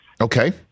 Okay